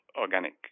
organic